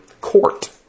court